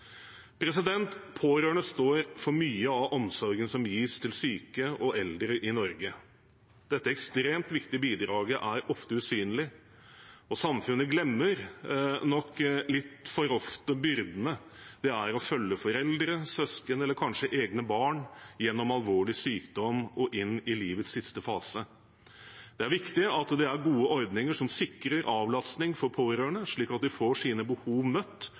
Pårørende står for mye av omsorgen som gis til syke og eldre i Norge. Dette ekstremt viktige bidraget er ofte usynlig, og samfunnet glemmer nok litt for ofte byrdene det er å følge foreldre, søsken eller kanskje egne barn gjennom alvorlig sykdom og inn i livets siste fase. Det er viktig at det er gode ordninger som sikrer avlastning for pårørende, slik at de får sine behov møtt